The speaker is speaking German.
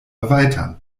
erweitern